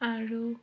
আৰু